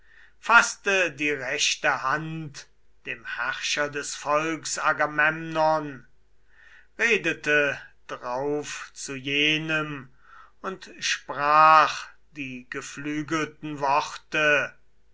faßte die rechte hand dem herrscher des volks agamemnon redete drauf zu jenem und sprach die geflügelten worte